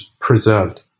preserved